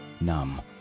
numb